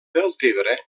deltebre